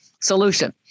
solution